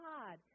God